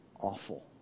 awful